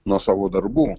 nuo savo darbų